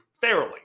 fairly